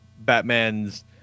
Batman's